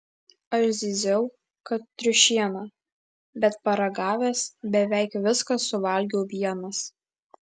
aš zyziau kad triušiena bet paragavęs beveik viską suvalgiau vienas